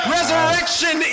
Resurrection